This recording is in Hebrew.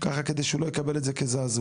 ככה כדי שהוא לא יקבל את זה כזעזוע.